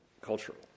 Cultural